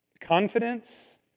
confidence